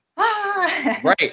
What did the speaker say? Right